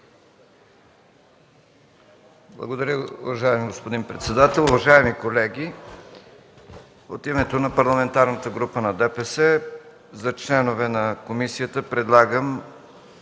Благодаря. Уважаеми господин председател, уважаеми колеги! От името на Парламентарната група на ДПС за членове на комисията предлагам